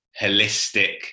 holistic